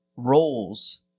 Roles